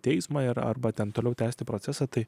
teismą ir arba ten toliau tęsti procesą tai